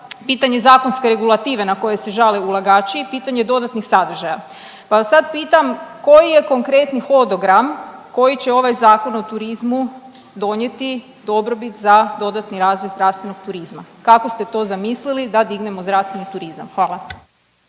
pitanje zakonske regulative na koju se žale ulagači, pitanje dodatnih sadržaja. Pa vas sad pitam koji je konkretni hodogram koji će ovaj Zakon o turizmu donijeti dobrobit za dodatni razvoj zdravstvenog turizma. Kako ste to zamislili da dignemo zdravstveni turizam? Hvala.